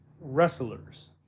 wrestlers